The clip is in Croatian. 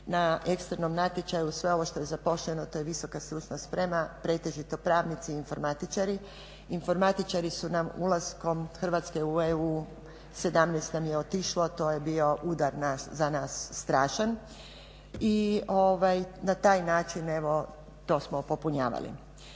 na eksternom natječaju sve ovo što je zaposleno to je VSS pretežito pravnici i informatičari. Informatičari su nam ulaskom Hrvatske u EU 17 nam je otišlo to je bio udar za nas strašan i na taj način to smo popunjavali.